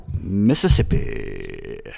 Mississippi